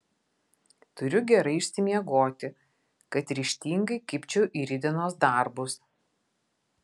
turiu gerai išsimiegoti kad ryžtingai kibčiau į rytdienos darbus